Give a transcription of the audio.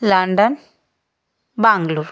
London bungalow